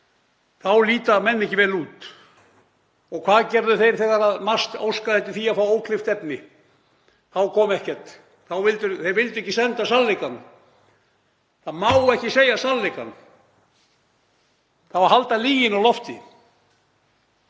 Þá líta menn ekki vel út. Og hvað gerðu þeir þegar MAST óskaði eftir því að fá óklippt efni? Þá kom ekkert. Þeir vildu ekki senda sannleikann. Það má ekki segja sannleikann. Það á að halda lyginni á lofti.